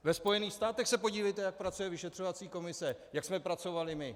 Ve Spojených státech se podívejte, jak pracuje vyšetřovací komise, a jak jsme pracovali my.